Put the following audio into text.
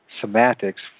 semantics